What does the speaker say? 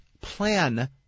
plan